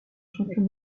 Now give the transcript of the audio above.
champion